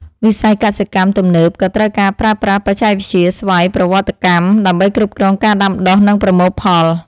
វិស័យកសិកម្មទំនើបក៏ត្រូវការប្រើប្រាស់បច្ចេកវិទ្យាស្វ័យប្រវត្តិកម្មដើម្បីគ្រប់គ្រងការដាំដុះនិងប្រមូលផល។